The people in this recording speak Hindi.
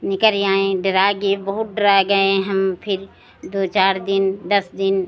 निकल आए डेराए गए बहुत डेराए गए हम फिर दो चार दिन दस दिन